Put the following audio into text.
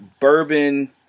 bourbon